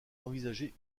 envisager